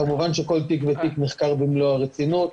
כמובן שכל תיק ותיק נחקר במלוא הרצינות,